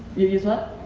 you use what?